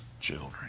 children